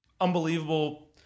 unbelievable